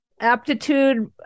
aptitude